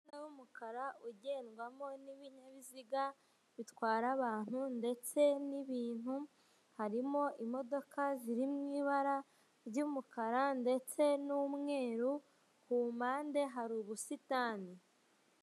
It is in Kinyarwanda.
Umuhanda w'umukara ugendwamo n'binyabiziga bitwara abantu ndetse n'ibintu birimo imodoka ziri mu ibara ry'umukara ndetse n'umweru ku mpande hari ubusitani.